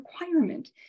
requirement